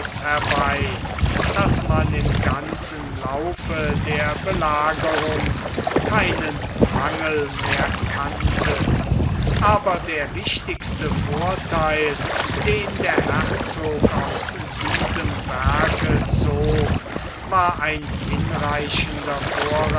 herbei daß man im ganzen laufe der belagerung keinen mangel mehr kannte aber der wichtigste vortheil den der herzog aus diesem werke zog war ein hinreichender